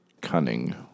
Cunning